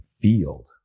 field